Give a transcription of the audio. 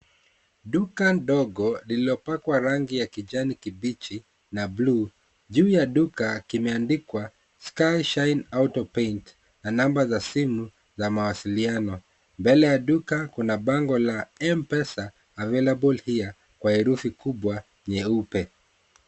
Duka ndogo lililopakwa rangi ya kijani kibichi na buluu. Juu ya duka kimeandikwa Sky Shine Auto Paint na namba za simu za mawasiliano. Mbele ya duka kuna bango la M-Pesa available here kwa herufi kubwa nyeupe.